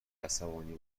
عصبانی